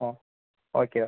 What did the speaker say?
ஆ okay